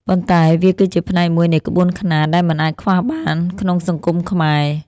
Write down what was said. ប៉ុន្តែវាគឺជាផ្នែកមួយនៃក្បួនខ្នាតដែលមិនអាចខ្វះបានក្នុងសង្គមខ្មែរ។